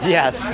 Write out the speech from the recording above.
Yes